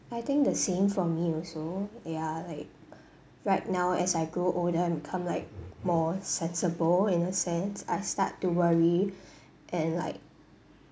I think the same for me also ya like right now as I grow older I become like more sensible in a sense I start to worry and like